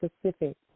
specific